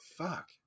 Fuck